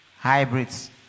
Hybrids